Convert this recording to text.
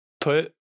put